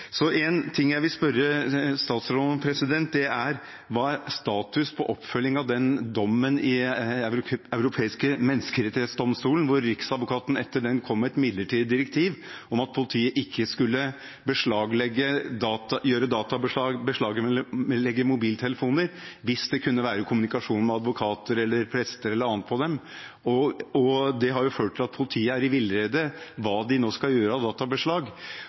En ting jeg vil spørre statsråden om, er status på oppfølging av dommen i Den europeiske menneskerettsdomstol. Etter den kom Riksadvokaten med et midlertidig direktiv om at politiet ikke skulle gjøre databeslag, som å beslaglegge mobiltelefoner, hvis det kunne være kommunikasjon med advokater eller prester eller annet på dem. Det har ført til at politiet er i villrede om hva de nå skal gjøre av databeslag.